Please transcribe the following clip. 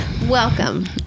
welcome